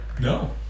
No